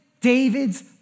David's